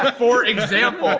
for example. ah